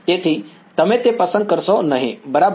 તેથી તમે તે પસંદ કરશો નહીં બરાબર